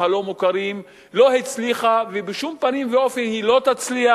הלא-מוכרים לא הצליחה ובשום פנים ואופן לא תצליח.